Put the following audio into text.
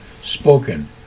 spoken